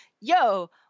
yo